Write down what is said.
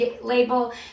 label